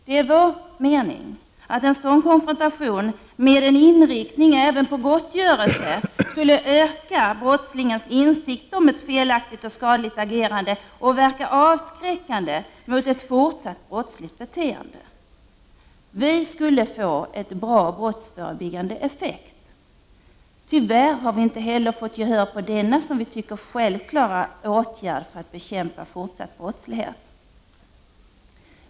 Det är vår mening att en sådan konfrontation, med en inriktning även på gottgörelse, skulle öka brottslingens insikt om ett felaktigt och skadligt agerande och avskräcka från ett fortsatt brottsligt beteende. Vi skulle få en bra brottsförebyggande effekt. Tyvärr har vi inte fått gehör för denna, som vi tycker, självklara åtgärd för att bekämpa fortsatt brottslighet.